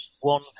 one